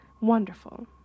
wonderful